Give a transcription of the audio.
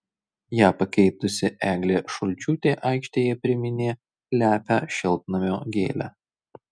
ją pakeitusi eglė šulčiūtė aikštėje priminė lepią šiltnamio gėlę